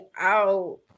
out